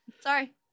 Sorry